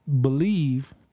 believe